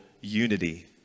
unity